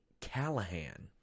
Callahan